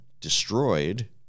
destroyed